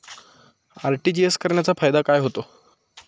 RTGS करण्याचा फायदा काय होतो?